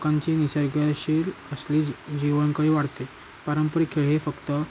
लोकांची निसर्गशी असली जी जीवन कल वाढते पारंपरिक खेळ हे फक्त